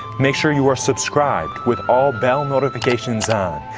make sure you're subscribed, with all bell notifications on,